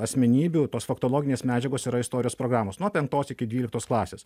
asmenybių tos faktologinės medžiagos yra istorijos programos nuo penktos iki dvyliktos klasės